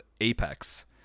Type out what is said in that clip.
Apex